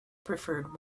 preferred